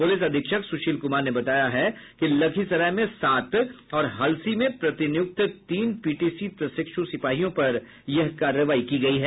police अधीक्षक सुशील कुमार ने बताया है कि लखीसराय में सात और हलसी में प्रतिनियुक्त तीन पीटीसी प्रशिक्षु सिपाहियों पर यह कार्रवाई की गयी है